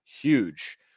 huge